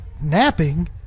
napping